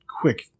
quick